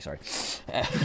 sorry